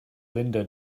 linda